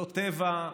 לא טבע,